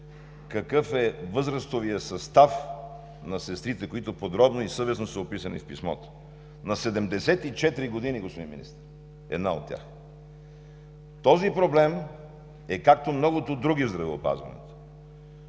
какъв е възрастовият състав на сестрите, които подробно и съвестно са описани в писмо. На 74 години, господин Министър, е една от тях. Този проблем е, както многото други, в здравеопазването.